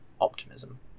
optimism